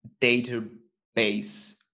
database